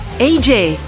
AJ